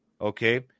okay